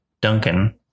Duncan